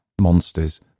monsters